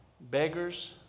beggars